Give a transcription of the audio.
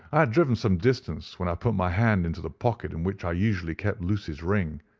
i had driven some distance when i put my hand into the pocket in which i usually kept lucy's ring,